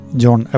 John